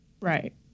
Right